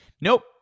Nope